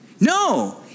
No